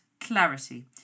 clarity